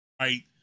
right